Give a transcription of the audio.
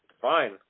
Fine